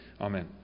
Amen